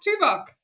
tuvok